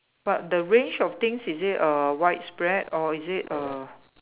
but the range of things is it err widespread or is it err